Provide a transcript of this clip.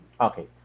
Okay